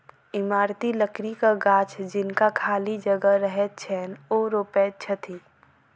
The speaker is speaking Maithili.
इमारती लकड़ीक गाछ जिनका खाली जगह रहैत छैन, ओ रोपैत छथि